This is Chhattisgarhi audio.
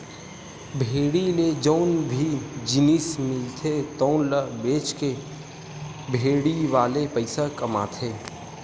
भेड़ी ले जउन भी जिनिस मिलथे तउन ल बेचके भेड़ी वाले पइसा कमाथे